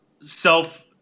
self